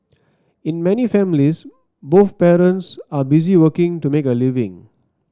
in many families both parents are busy working to make a living